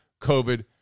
COVID